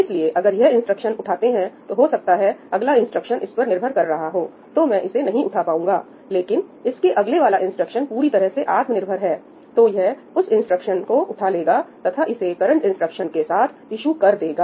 इसलिए अगर यह इंस्ट्रक्शन उठाते हैं तो हो सकता है अगला इंस्ट्रक्शन इस पर निर्भर कर रहा हो तो मैं इसे नहीं उठा पाऊंगा लेकिन इसके अगले वाला इंस्ट्रक्शन पूरी तरह से आत्मनिर्भर है तो यह उस इंस्ट्रक्शन को उठा लेगा तथा इसे करंट इंस्ट्रक्शन के साथ ईशु कर देगा